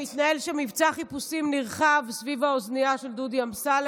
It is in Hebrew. אני מבינה שמתנהל שם מבצע חיפושים נרחב אחר האוזנייה של דודי אמסלם.